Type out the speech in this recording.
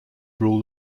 rule